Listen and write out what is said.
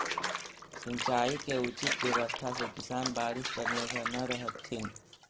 सिंचाई के उचित व्यवस्था से किसान बारिश पर निर्भर न रहतथिन